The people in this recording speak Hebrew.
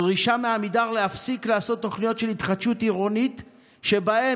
דרישה מעמידר להפסיק לעשות תוכניות של התחדשות עירונית שבהן